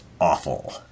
awful